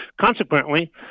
consequently